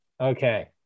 Okay